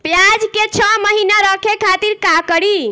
प्याज के छह महीना रखे खातिर का करी?